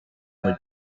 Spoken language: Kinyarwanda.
muri